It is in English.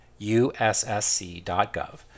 ussc.gov